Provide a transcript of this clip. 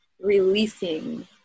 releasing